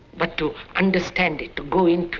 but to understand it, to go into it,